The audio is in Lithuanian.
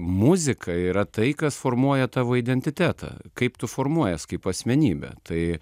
muzika yra tai kas formuoja tavo identitetą kaip tu formuojas kaip asmenybė tai